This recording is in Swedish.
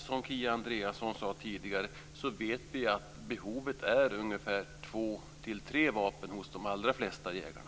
Som Kia Andreasson sade tidigare vet vi att behovet är ungefär två till tre vapen hos de allra flesta jägarna.